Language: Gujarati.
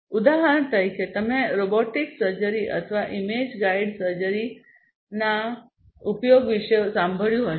ઉદાહરણ તરીકે તમે રોબોટિક સર્જરી અથવા ઇમેજ ગાઇડ સર્જરીના ઉપયોગ વિશે સાંભળ્યું હશે